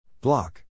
Block